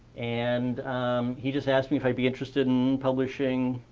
and he just asked me if i'd be interested in publishing